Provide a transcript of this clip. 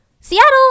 Seattle